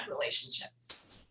relationships